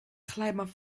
glijbaan